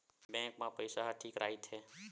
Bank मा पईसा ह ठीक राइथे?